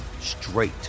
straight